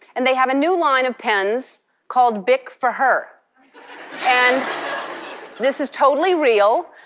and they have a new line of pens called bic for her and this is totally real.